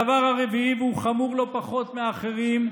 הדבר הרביעי, והוא חמור לא פחות מהאחרים,